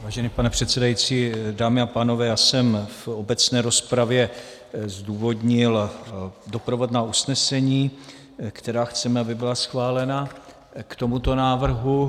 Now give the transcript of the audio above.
Vážený pane předsedající, dámy a pánové, já jsem v obecné rozpravě zdůvodnil doprovodná usnesení, která chceme, aby byla schválena k tomuto návrhu.